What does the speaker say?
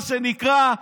מה שנקרא,